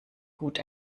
gut